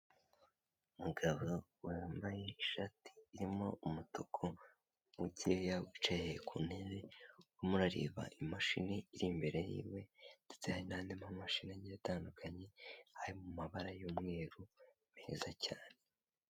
Umugabo wambaye ishati irimo umutuku mukeya wicaye ku ntebe, urimo urareba imashini iri imbere y'iwe ndetse hari n'andi mamashini atandukanye ari mu mabara y'umweru meza cyane.